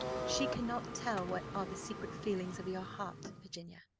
she cannot tell what are the secret feelings of your heart, virginia.